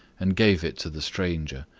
and gave it to the stranger.